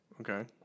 okay